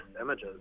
images